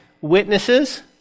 witnesses